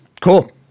Cool